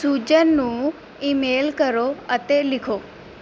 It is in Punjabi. ਸੂਜਨ ਨੂੰ ਈਮੇਲ ਕਰੋ ਅਤੇ ਲਿਖੋ